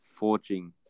forging